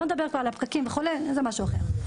לא נדבר פה על הפקקים וכו', זה משהו אחר.